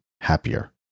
happier